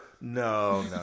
No